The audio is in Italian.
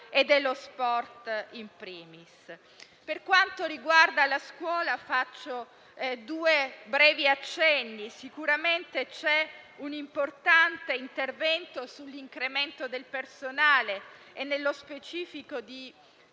Per quanto riguarda la scuola, faccio due brevi accenni. Sicuramente c'è un importante intervento sull'incremento del personale e, nello specifico, di